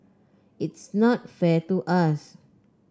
it's not fair to us